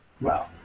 Wow